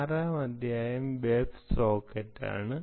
6 ാം അധ്യായം വെബ് സോക്കറ്റാണ്